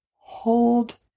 hold